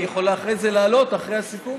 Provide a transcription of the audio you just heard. היא יכולה אחרי זה לעלות, אחרי הסיכום?